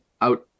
out